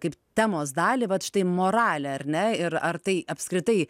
kaip temos dalį vat štai moralė ar ne ir ar tai apskritai